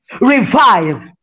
revive